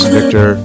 Victor